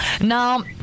Now